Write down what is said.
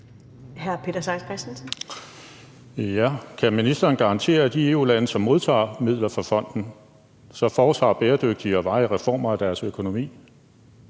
Kan ministeren garantere, at de EU-lande, som modtager midler fra fonden, så foretager bæredygtige og varige reformer af deres økonomi?